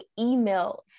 email